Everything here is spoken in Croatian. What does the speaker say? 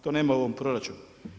To nema u ovom proračunu.